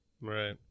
Right